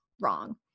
wrong